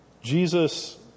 Jesus